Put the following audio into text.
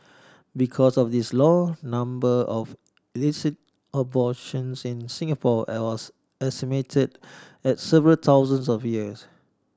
because of this law number of illicit abortions in Singapore it was estimated at several thousands of years